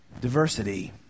diversity